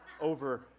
over